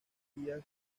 días